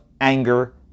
anger